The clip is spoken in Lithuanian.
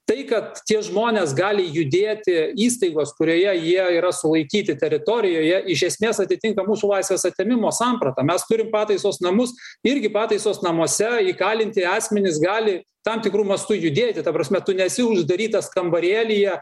tai kad tie žmonės gali judėti įstaigos kurioje jie yra sulaikyti teritorijoje iš esmės atitinka mūsų laisvės atėmimo sampratą mes turim pataisos namus irgi pataisos namuose įkalinti asmenys gali tam tikru mastu judėti ta prasme tu nesi uždarytas kambarėlyje